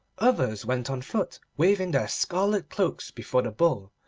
others went on foot waving their scarlet cloaks before the bull,